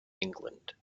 england